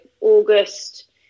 August